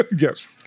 yes